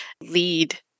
lead